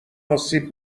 آسیب